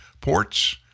ports